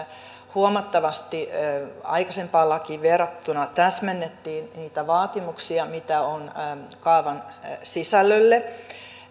huomattavasti aikaisempaan lakiin verrattuna täsmennettiin niitä vaatimuksia mitä on kaavan sisällölle